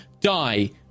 die